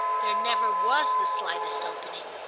there never was the slightest opening,